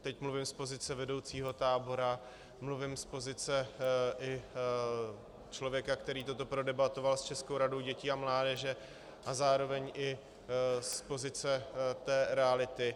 Teď mluvím z pozice vedoucího tábora, mluvím z pozice i člověka, který toto prodebatoval s Českou radou dětí a mládeže, a zároveň z pozice té reality.